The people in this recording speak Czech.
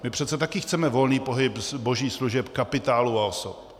My přece taky chceme volný pohyb zboží, služeb, kapitálu a osob.